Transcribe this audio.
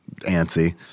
antsy